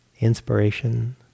inspiration